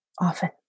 often